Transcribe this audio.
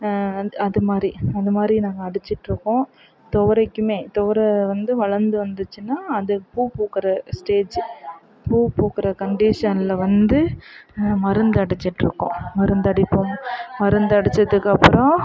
அந் அது மாதிரி அது மாதிரி நாங்கள் அடிச்சிட்டிருக்கோம் துவரைக்குமே துவர வந்து வளர்ந்து வந்துச்சுன்னால் அது பூ பூக்கிற ஸ்டேஜு பூ பூக்கிற கண்டீஷனில் வந்து மருந்தடிச்சிட்டிருக்கோம் மருந்தடிப்போம் மருந்தடிச்சதுக்கப்புறம்